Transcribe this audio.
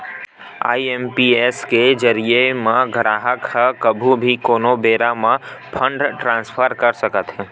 IMPS के जरिए म गराहक ह कभू भी कोनो बेरा म फंड ट्रांसफर कर सकत हे